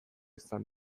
izan